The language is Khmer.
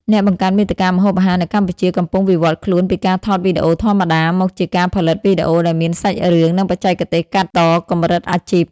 អ្នកបង្កើតមាតិកាម្ហូបអាហារនៅកម្ពុជាកំពុងវិវត្តខ្លួនពីការថតវីដេអូធម្មតា មកជាការផលិតវីដេអូដែលមានសាច់រឿង និងបច្ចេកទេសកាត់តកម្រិតអាជីព។